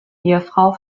ehefrau